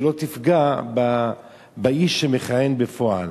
שלא תפגע באיש שמכהן בפועל.